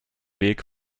weg